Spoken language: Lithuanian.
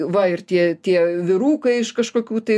va ir tie tie vyrukai iš kažkokių tai